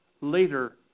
later